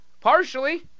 Partially